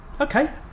Okay